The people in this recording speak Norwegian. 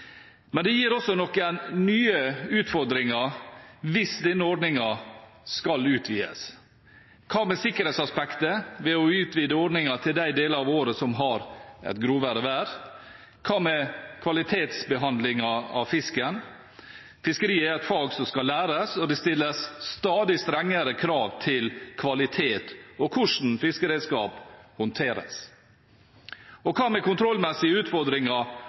Men det gir også noen nye utfordringer hvis denne ordningen skal utvides. Hva med sikkerhetsaspektet ved å utvide ordningen til de deler av året som har et grovere vær? Hva med kvalitetsbehandlingen av fisken? Fiskeriet er et fag som skal læres, og det stilles stadig strengere krav til kvalitet og hvordan fiskeredskap håndteres. Hva med kontrollmessige utfordringer